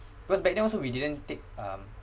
cause back then also we didn't take um